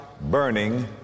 burning